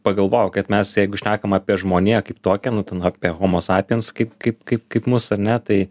pagalvojau kad mes jeigu šnekam apie žmoniją kaip tokią nu ten apie homo sapiens kaip kaip kaip kaip mus ar ne tai